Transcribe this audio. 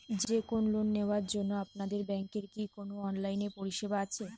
যে কোন লোন নেওয়ার জন্য আপনাদের ব্যাঙ্কের কি কোন অনলাইনে পরিষেবা আছে?